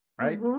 right